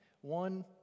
One